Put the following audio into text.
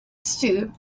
stew